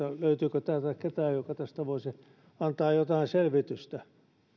löytyykö täältä ketään joka tästä voisi antaa jotain selvitystä